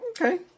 Okay